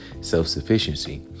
self-sufficiency